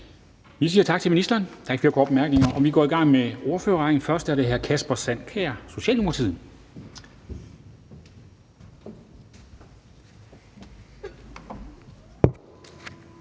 Vi siger tak til ministeren. Der er ikke flere korte bemærkninger, og vi går i gang med ordførerrækken. Først er det hr. Kasper Sand Kjær, Socialdemokratiet.